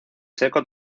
seco